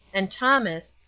and thomas,